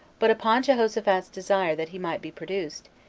but upon jehoshaphat's desire that he might be produced,